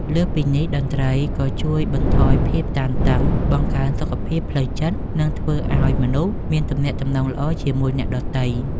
លើសពីនេះ តន្ត្រីក៏ជួយបន្ថយភាពតានតឹង បង្កើនសុខភាពផ្លូវចិត្ត និងធ្វើឲ្យមនុស្សមានទំនាក់ទំនងល្អជាមួយអ្នកដទៃ